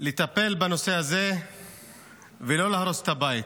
לטפל בנושא הזה ולא להרוס את הבית.